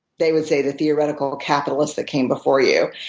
they would say the theoretical capitalist that came before you,